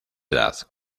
edad